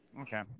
okay